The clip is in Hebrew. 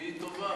כי היא טובה.